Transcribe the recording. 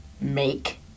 make